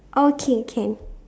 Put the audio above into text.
okay can